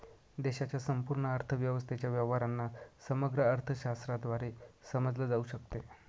देशाच्या संपूर्ण अर्थव्यवस्थेच्या व्यवहारांना समग्र अर्थशास्त्राद्वारे समजले जाऊ शकते